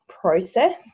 process